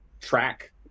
track